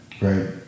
right